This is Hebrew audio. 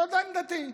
זו הייתה עמדתי.